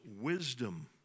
wisdom